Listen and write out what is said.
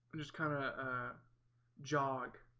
i'm just kind of jog